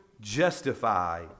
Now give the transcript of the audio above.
justify